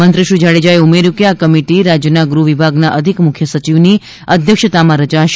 મંત્રી શ્રી જાડેજાએ ઉમેર્યુ કે આ કમિટી રાજ્યાના ગૃહવિભાગના અધિક મુખ્ય સચિવના અધ્યક્ષતામાં રચાશે